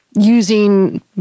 using